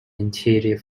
interior